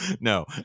No